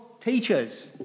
teachers